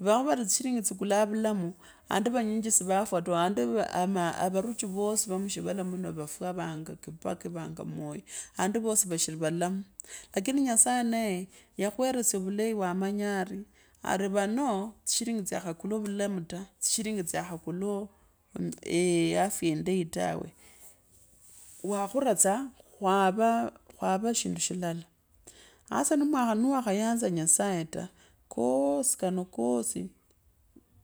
Viwakho vari tshirini tsikulanga avulamu and vanyinji sifuvafwa andi ama avavuchi vosi vifwa vanga kibaki vanga moi vamushivala muno andi vosi vashiri valamu, lakini nyasaye neye yamanga ari, vanoo tsishiringi tsya khakula vulamu ta tishirinji tsya khakhula afya inda; tawe, wakhura tsa khwava, khwava eshindu shilala, hasa nwakhayanza nyasaye ta, koosi kano kosi,